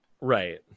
right